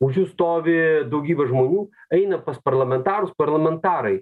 už jų stovi daugybė žmonių eina pas parlamentarus parlamentarai